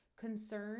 concern